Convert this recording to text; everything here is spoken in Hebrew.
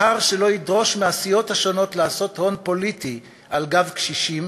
מחר שלא ידרוש מהסיעות השונות לעשות הון פוליטי על גב קשישים